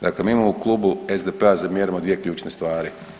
Dakle, mi mu u Klubu SDP-a zamjeramo dvije ključne stvari.